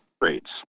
rates